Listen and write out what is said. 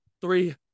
Three